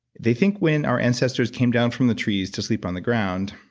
they think when our ancestors came down from the trees to sleep on the ground,